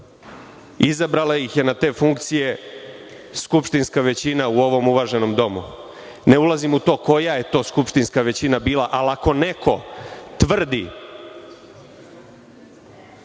Izabrala ih je na te funkcije skupštinska većina u ovom uvaženom domu. Ne ulazim u to koja je to skupštinska većina bila, ali ako neko tvrdi